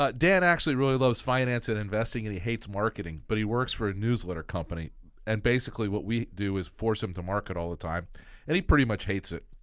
ah dan actually really loves finance and investing and he hates marketing, but he works for a newsletter company and basically what we do is force him to market all the time and he pretty much hates it.